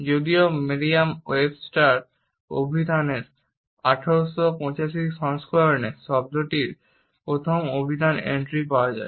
যদিও Merriam Webster অভিধানের 1885 সংস্করণে শব্দটির প্রথম অভিধান এন্ট্রি পাওয়া যায়